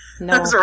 no